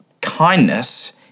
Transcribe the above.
kindness